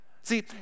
See